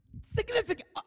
Significant